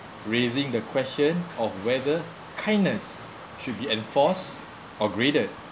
raising the question of whether kindness should be enforced or graded